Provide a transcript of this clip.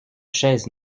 chaises